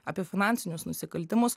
apie finansinius nusikaltimus